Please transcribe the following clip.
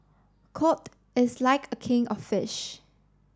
cod is like a king of fish